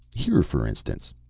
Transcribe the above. here, for instance,